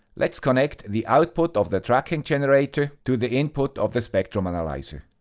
let's connect the output of the tracking generator to the input of the spectrum analyzer.